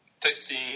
testing